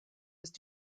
ist